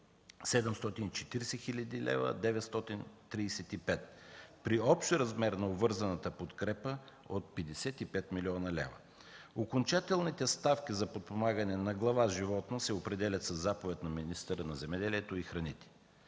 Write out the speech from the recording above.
740 хил. 935 лв. при общ размер на обвързаната подкрепа от 55 млн. лв. Окончателните ставки за подпомагане на глава животно се определят със заповед на министъра на земеделието и храните.